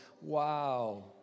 Wow